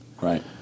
Right